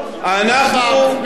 זה בור?